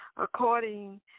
According